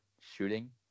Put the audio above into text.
shooting